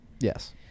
Yes